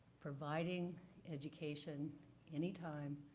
providing education anytime,